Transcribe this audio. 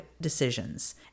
decisions